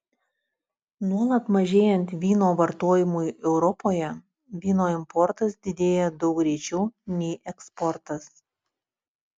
nuolat mažėjant vyno vartojimui europoje vyno importas didėja daug greičiau nei eksportas